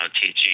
teaching